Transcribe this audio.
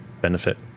benefit